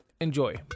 enjoy